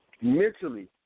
mentally